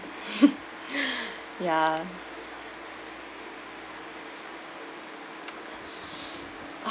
ya